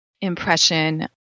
impression